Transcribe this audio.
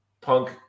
Punk